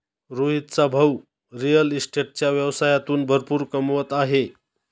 रोहितचा भाऊ रिअल इस्टेटच्या व्यवसायातून भरपूर कमवत आहे